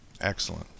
Excellent